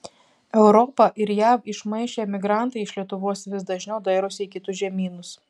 europą ir jav išmaišę emigrantai iš lietuvos vis dažniau dairosi į kitus žemynus